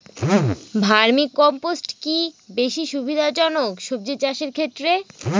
Vermi compost কি বেশী সুবিধা জনক সবজি চাষের ক্ষেত্রে?